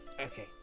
Okay